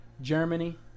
Germany